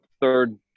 third